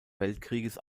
weltkrieges